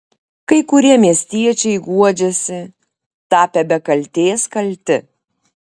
kai kurie miestiečiai guodžiasi tapę be kaltės kalti